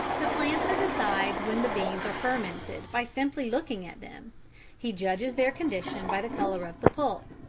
the planter decides when the beans are fermented by simply looking at them he judges their condition by the colour of the pulp.